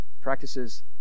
practices